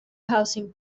housing